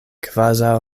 kvazaŭ